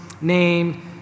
named